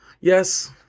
Yes